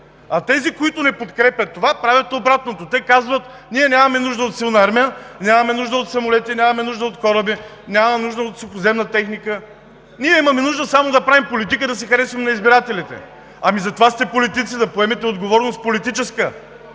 А тези, които не подкрепят това, правят обратното. Те казват: „Ние нямаме нужда от силна армия, нямаме нужда от самолети, нямаме нужда от кораби, нямаме нужда от сухоземна техника. Имаме нужда само да правим политика и да се харесваме на избирателите!“ Затова сте политици – да поемете политическа